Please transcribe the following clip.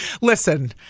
Listen